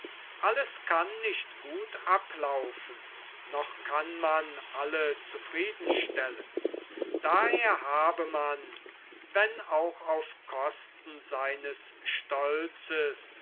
alles kann nicht gut ablaufen noch kann man alle zufrieden stellen daher habe man wenn auch auf kosten seines stolzes